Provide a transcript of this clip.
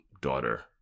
daughter